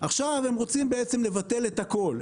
עכשיו הם רוצים לבטל את הכול,